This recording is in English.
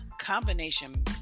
combination